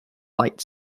light